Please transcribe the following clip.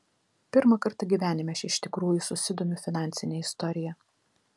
pirmą kartą gyvenime aš iš tikrųjų susidomiu finansine istorija